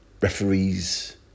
referees